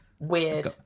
weird